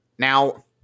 Now